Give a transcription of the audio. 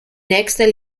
nächster